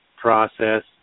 process